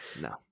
No